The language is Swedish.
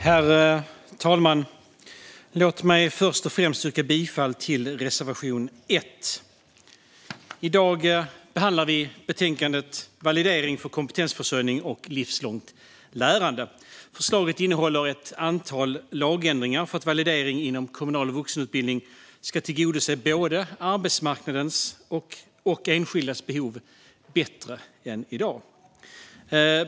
Herr talman! Låt mig först och främst yrka bifall till reservation 1. I dag behandlar vi betänkandet Validering för kompetensförsörjning och livslångt lärande . Förslaget innehåller ett antal lagändringar för att validering inom kommunal vuxenutbildning ska tillgodose både arbetsmarknadens och enskildas behov bättre än i dag.